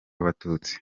abatutsi